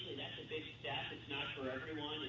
step, it's not for everyone,